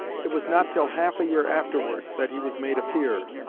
it was not till half a year afterwards that he was made a peer.